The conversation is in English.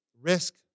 risk